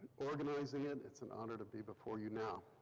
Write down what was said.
organizing it. it's an honor to be before you now.